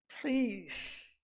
Please